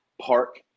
park